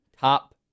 Top